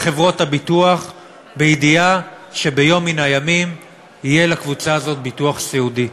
לחברות הביטוח בידיעה שביום מן הימים יהיה לקבוצה הזאת ביטוח סיעודי.